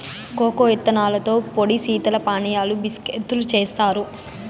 cocoa ఇత్తనాలతో పొడి శీతల పానీయాలు, బిస్కేత్తులు జేత్తారు